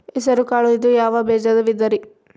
ಹೆಸರುಕಾಳು ಇದು ಯಾವ ಬೇಜದ ವಿಧರಿ?